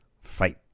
fight